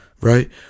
right